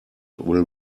will